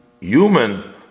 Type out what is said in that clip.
human